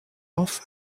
off